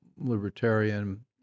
libertarian